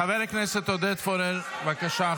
חבר הכנסת עודד פורר, בבקשה.